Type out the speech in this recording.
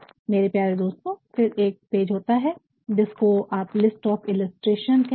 मेरे प्यारे दोस्तों फिर एक और पेज होता है जिसको list of illustration list of illustration चित्रण की सूची कहते हैं